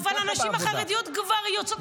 אבל הנשים החרדיות כבר יוצאות.